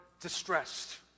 distressed